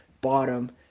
bottom